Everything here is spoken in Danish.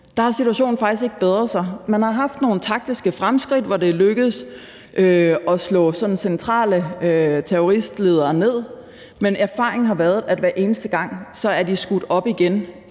har situationen faktisk ikke bedret sig. Man har haft nogle taktiske fremskridt, hvor det er lykkedes at slå centrale terroristledere ned, men erfaringen har været, at hver eneste gang er terrorgrupperne